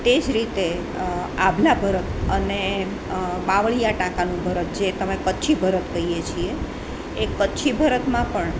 તે જ રીતે આભલા ભરત અને બાવળિયા ટાંકાનું ભરત જે તમે કચ્છી ભરત કહીએ છીએ એ કચ્છી ભરતમાં પણ